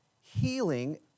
healing